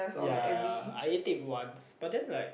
ya ya ya I ate it once but then like